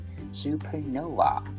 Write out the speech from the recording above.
supernova